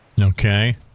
Okay